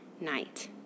night